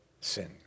sin